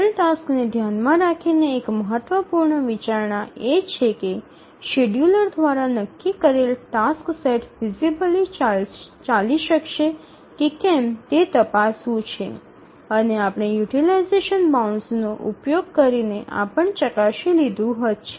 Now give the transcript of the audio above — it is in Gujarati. આપેલ ટાસ્કને ધ્યાનમાં રાખીને એક મહત્વપૂર્ણ વિચારણા એ છે કે શેડ્યૂલર દ્વારા નક્કી કરેલ ટાસ્ક સેટ ફિઝિબલી ચાલી શકશે કે કેમ તે તપાસવું છે અને આપણે યુટીલાઈઝેશન બાઉન્ડસનો ઉપયોગ કરીને આ પણ ચકાસી લીધું છે